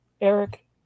Eric